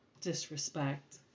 disrespect